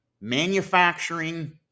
manufacturing